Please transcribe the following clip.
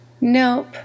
Nope